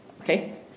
Okay